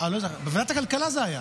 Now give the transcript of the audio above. בוועדת הכלכלה זה היה.